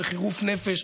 קו הביצורים הראשון קרס,